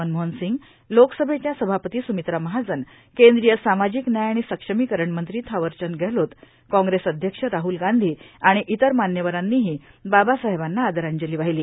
मनमोहन सिंग लोकसभेच्या सभापती स्मित्रा महाजन केंद्रीय सामाजिक न्याय आणि सक्षमीकरण मंत्री थावरचंद गेहलोत कांग्रेस अध्यक्ष राहल गांधी आणि इतर मान्यवरानीही बाबासाहेबांना आदरांजली वाहिली